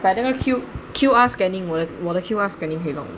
I lend you Q_R scanning 我的 Q_R scanning 可以弄